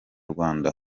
rwanda